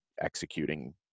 executing